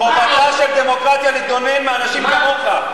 חובתה של הדמוקרטיה להתגונן מאנשים כמוך.